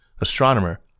astronomer